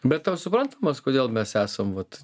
be tau suprantamas kodėl mes esam vat